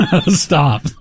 Stop